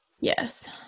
Yes